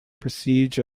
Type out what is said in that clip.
prestige